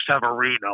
Severino